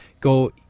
go